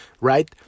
right